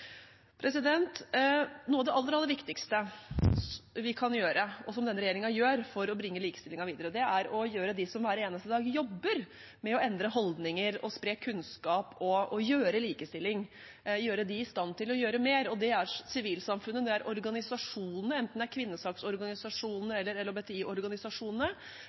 Noe av det aller, aller viktigste vi kan gjøre, og som denne regjeringen gjør for å bringe likestillingen videre, er å gjøre de som hver eneste dag jobber med å endre holdninger og spre kunnskap og skape likestilling, i stand til å gjøre mer – det er sivilsamfunnet, det er organisasjonene, enten det er kvinnesaksorganisasjonene eller